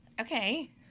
Okay